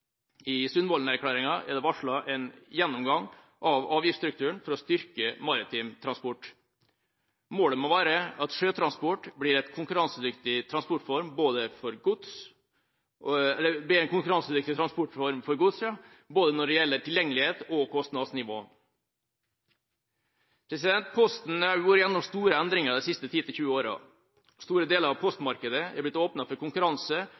I Sundvolden-erklæringa er det varslet en gjennomgang av avgiftsstrukturen for å styrke maritim transport. Målet må være at sjøtransport blir en konkurransedyktig transportform for gods når det gjelder både tilgjengelighet og kostnadsnivå. Posten har vært gjennom store endringer de siste 10–20 åra. Store deler av postmarkedet har blitt åpnet for konkurranse,